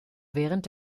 während